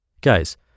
Guys